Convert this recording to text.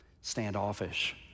standoffish